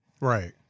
Right